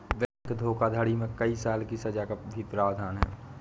bank धोखाधड़ी में कई साल की सज़ा का भी प्रावधान है